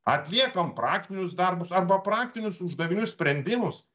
atliekam praktinius darbus arba praktinius uždavinių sprendimus